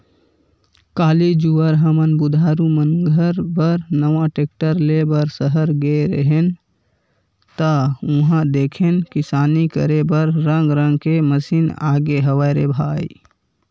काली जुवर हमन बुधारु मन घर बर नवा टेक्टर ले बर सहर गे रेहे हन ता उहां देखेन किसानी करे बर रंग रंग के मसीन आगे हवय रे भई